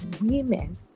women